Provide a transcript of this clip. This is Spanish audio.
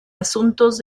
asuntos